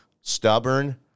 Stubborn